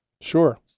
Sure